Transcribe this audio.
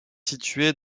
située